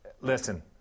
listen